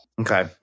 Okay